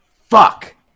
Fuck